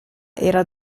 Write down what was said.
era